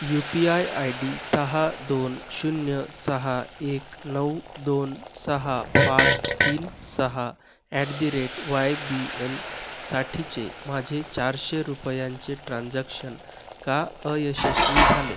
you P I I D सहा दोन शून्य सहा एक नऊ दोन सहा पाच तीन सहा at the rate Y B एलसाठीचे माझे चारशे रुपयांचे ट्रान्जॅक्शन का अयशस्वी झाले